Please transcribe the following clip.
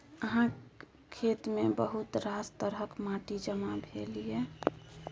अहाँक खेतमे बहुत रास तरहक माटि जमा भेल यै